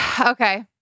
Okay